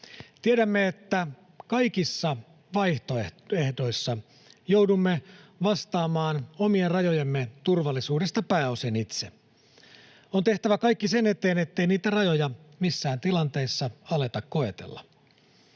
Tiedämme, että kaikissa vaihtoehdoissa joudumme vastaamaan omien rajojemme turvallisuudesta pääosin itse. On tehtävä kaikki sen eteen, ettei niitä rajoja missään tilanteissa aleta koetella.